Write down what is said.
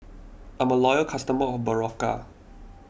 I'm a loyal customer of Berocca